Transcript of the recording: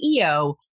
CEO